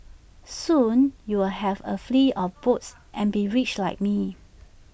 soon you are have A fleet of boats and be rich like me